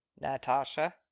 Natasha